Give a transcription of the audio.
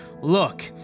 look